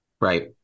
Right